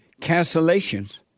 cancellations